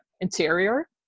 interior